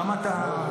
למה אתה --- לא,